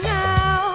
now